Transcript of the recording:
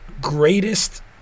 Greatest